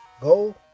go